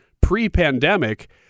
pre-pandemic